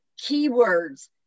keywords